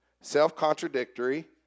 self-contradictory